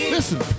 Listen